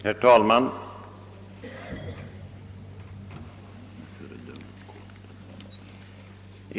Herr talman!